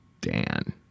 Dan